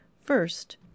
First